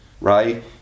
right